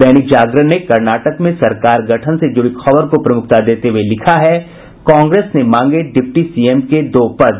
दैनिक जागरण ने कर्नाटक में सरकार गठन से जुड़ी खबर को प्रमुखता देते हुये लिखा है कांग्रेस ने मांगे डिप्टी सीएम के दो पद